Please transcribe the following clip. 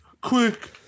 Quick